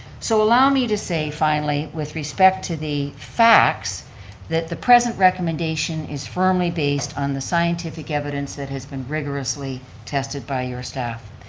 so allow me to say finally with respect to the facts that the present recommendation is firmly based on the scientific evidence that has been rigorously tested by your staff.